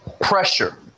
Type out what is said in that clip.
pressure